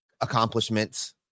accomplishments